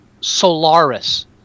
Solaris